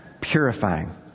purifying